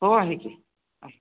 हो आहे की आहे